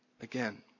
again